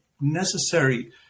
necessary